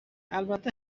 البته